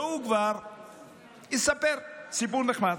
והוא כבר יספר סיפור נחמד.